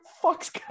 fuck's